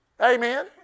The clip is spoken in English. Amen